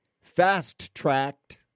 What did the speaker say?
fast-tracked